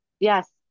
Yes